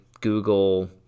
Google